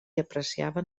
apreciaven